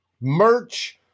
merch